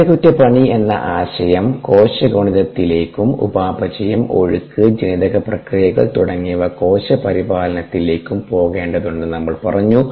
അറ്റകുറ്റപ്പണി എന്ന ആശയം കോശ ഗുണിതത്തിലേക്കും ഉപാപചയം ഒഴുക്ക് ജനിതക പ്രക്രിയകൾ തുടങ്ങിയവ കോശ പരിപാലനത്തിലേക്കും പോകേണ്ടതുണ്ടെന്ന് നമ്മൾ പറഞ്ഞു